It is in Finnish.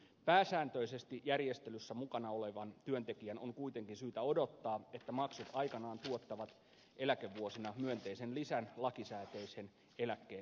pääsääntöisesti järjestelyssä mukana olevan työntekijän on kuitenkin syytä odottaa että maksut aikanaan eläkevuosina tuottavat myönteisen lisän lakisääteisen eläkkeen täydennykseksi